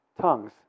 tongues